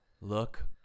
look